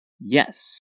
Yes